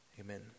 Amen